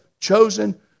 chosen